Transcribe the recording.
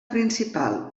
principal